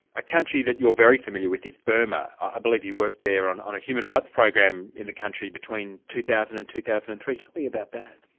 a country that you're very familiar with is burma. i believe you worked there on on a human rights program in the country between two thousand and two thousand and three. tell me about that.